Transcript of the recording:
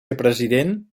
president